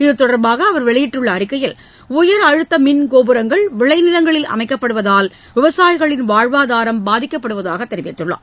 இத்தொடர்பாக அவர் வெளியிட்டுள்ள அறிக்கையில் உயரழுத்த மின்கோபுரங்கள் விளை நிலங்களில் அமைக்கப்படுவதால் விவசாயிகளின் வாழ்வாதாரம் பாதிக்கப்படுவதாக தெரிவித்துள்ளார்